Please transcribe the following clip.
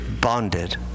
bonded